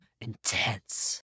intense